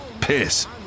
piss